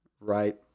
Right